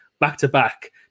back-to-back